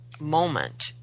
Moment